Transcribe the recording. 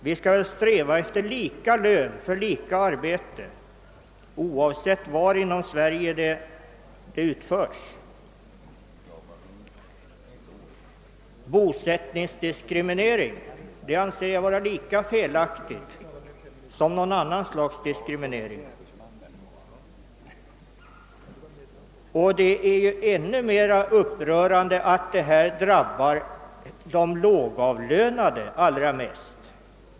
Vi skall sträva efter lika lön för lika arbete, oavsett var någonstans inom landet arbetet utföres. Jag anser bosättningsdiskrimineringen vara lika förkastlig som all annan diskriminering. Speciellt upprörande är att lönediskrimineringen drabbar de lågavlönade allra hårdast.